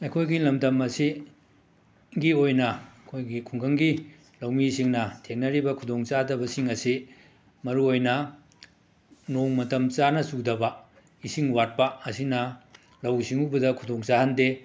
ꯑꯩꯈꯣꯏꯒꯤ ꯂꯝꯗꯝ ꯑꯁꯤꯒꯤ ꯑꯣꯏꯅ ꯑꯩꯈꯣꯏꯒꯤ ꯈꯨꯡꯒꯪꯒꯤ ꯂꯧꯃꯤꯁꯤꯡꯅ ꯊꯦꯡꯅꯔꯤꯕ ꯈꯨꯗꯣꯡꯆꯥꯗꯕꯁꯤꯡ ꯑꯁꯤ ꯃꯔꯨꯑꯣꯏꯅ ꯅꯣꯡ ꯃꯇꯝ ꯆꯥꯅ ꯆꯨꯗꯕ ꯏꯁꯤꯡ ꯋꯥꯠꯄ ꯑꯁꯤꯅ ꯂꯧꯎ ꯁꯤꯡꯎꯕꯗ ꯈꯨꯗꯣꯡ ꯆꯥꯍꯟꯗꯦ